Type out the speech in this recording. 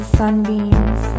sunbeams